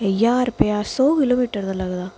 ज्हार रपेआ सौ किलो मीटर दा लगदा